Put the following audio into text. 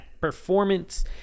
Performance